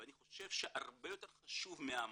ואני חושב שהרבה יותר חשוב מהמדד,